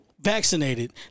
vaccinated